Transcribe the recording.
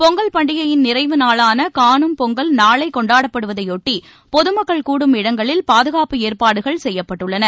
பொங்கல் பண்டிகையின் நிறைவு நாளான காணும் பொங்கல் நாளை கொண்டாடப்படுவதையொட்டி பொது மக்கள் கூடும் இடங்களில் பாதுகாப்பு ஏற்பாடுகள் செய்யப்பட்டுள்ளன